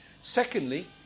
Secondly